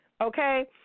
Okay